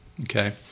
okay